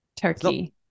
turkey